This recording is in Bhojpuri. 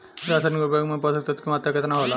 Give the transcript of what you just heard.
रसायनिक उर्वरक मे पोषक तत्व के मात्रा केतना होला?